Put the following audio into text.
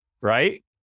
Right